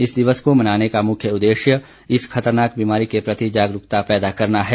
इस दिवस को मनाने का मुख्य उद्देश्य इस खतरनाक बीमारी के प्रति जागरूकता पैदा करना है